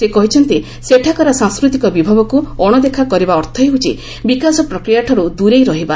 ସେ କହିଛନ୍ତି ସେଠାକାର ସାଂସ୍କୃତିକ ବିଭବକୁ ଅଣଦେଖା କରିବା ଅର୍ଥ ହେଉଛି ବିକାଶ ପ୍ରକ୍ରିୟାଠାରୁ ଦୂରେଇ ରହିବା